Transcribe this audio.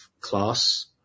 class